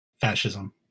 fascism